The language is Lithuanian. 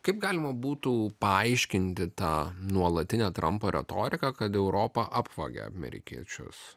kaip galima būtų paaiškinti tą nuolatinę trampo retoriką kad europa apvagia amerikiečius